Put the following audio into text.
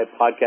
Podcast